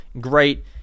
great